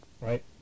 right